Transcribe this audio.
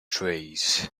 trees